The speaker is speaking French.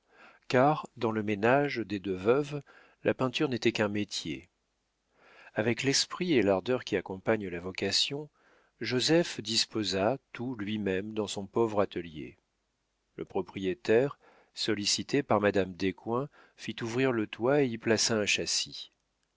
car dans le ménage des deux veuves la peinture n'était qu'un métier avec l'esprit et l'ardeur qui accompagnent la vocation joseph disposa tout lui-même dans son pauvre atelier le propriétaire sollicité par madame descoings fit ouvrir le toit et y plaça un châssis